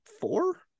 four